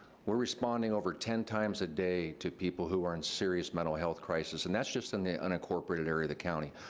we're responding over ten times a day to people who are in serious mental health crisis, and that's just in the unincorporated area of the county.